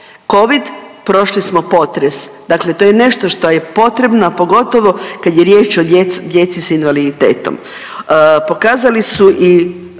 covid, prošli smo potres dakle to je nešto što je potrebno, a pogotovo kad je riječ o djeci s invaliditetom. Pokazali su i